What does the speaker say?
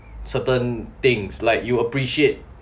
certain things like you appreciate